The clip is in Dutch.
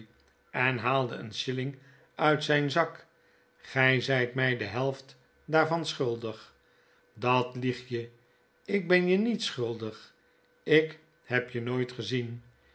en haalde een shilling uit zp zak gij zp my de helft daarvan schuldig dat lieg je ik ben je niets schuldig ik heb je nooit gezien